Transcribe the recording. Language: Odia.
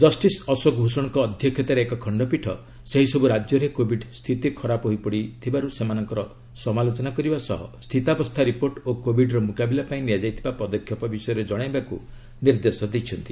ଜଷ୍ଟିସ୍ ଅଶୋକ ଭୂଷଣଙ୍କ ଅଧ୍ୟକ୍ଷତାରେ ଏକ ଖଣ୍ଡପୀଠ ସେହିସବୁ ରାଜ୍ୟରେ କୋବିଡ୍ ସ୍ଥିତି ଖରାପ ହୋଇପଡ଼ିଥିବାରୁ ସେମାନଙ୍କର ସମାଲୋଚନା କରିବା ସହ ସ୍ଥିତାବସ୍ଥା ରିପୋର୍ଟ ଓ କୋବିଡ୍ର ମୁକାବିଲା ପାଇଁ ନିଆଯାଇଥିବା ପଦକ୍ଷେପ ବିଷୟରେ ଜଣାଇବାକୁ ନିର୍ଦ୍ଦେଶ ଦେଇଛନ୍ତି